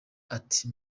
ati